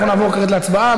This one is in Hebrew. אנחנו נעבור כעת להצבעה.